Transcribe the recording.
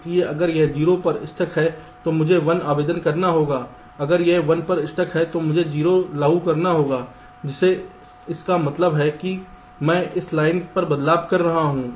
इसलिए अगर यह 0 पर स्टक है तो मुझे 1 आवेदन करना होगा अगर यह 1 पर स्टक है तो मुझे 0 लागू करना होगा जिसे इसका मतलब है कि मैं इस लाइन पर बदलाव कर रहा हूं